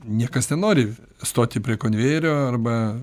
niekas nenori stoti prie konvejerio arba